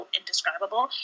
indescribable